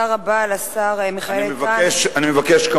אני מבקש,